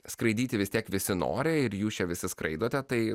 skraidyti vis tiek visi nori ir jūs čia visi skraidote tai